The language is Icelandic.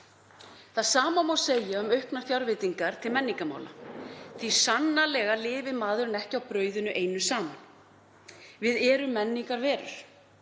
Það sama má segja um auknar fjárveitingar til menningarmála því að sannarlega lifir maðurinn ekki á brauðinu einu saman. Við erum menningarverur,